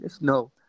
no